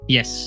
Yes